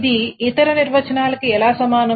ఇది ఇతర నిర్వచనాలకి ఎలా సమానం